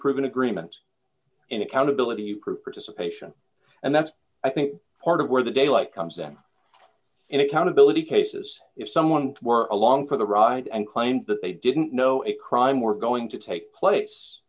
proven agreement and accountability participation and that's i think part of where the daylight comes in and accountability cases if someone were along for the ride and claimed that they didn't know a crime were going to take place